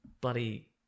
bloody